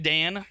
Dan